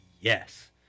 Yes